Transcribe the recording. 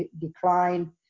decline